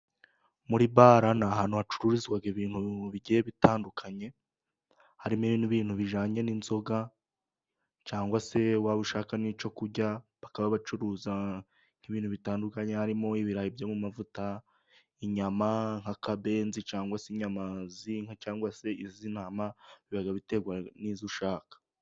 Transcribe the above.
Muri bala ni ahantu hacururizwa ibintu bigiye bitandukanye, harimo ibindi bintu bijyanye n'inzoga ,cyangwa se waba ushaka n'icyo kurya ,bakaba bacuruza nk'ibintu bitandukanye harimo ibirayi byo mu mavuta, inyama , nk'akabenzi ,cyangwa se inyama z'inka cyangwa se iz'intama biba biterwa n'izo ushaka.